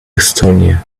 estonia